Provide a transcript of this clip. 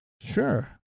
Sure